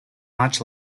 much